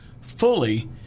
fully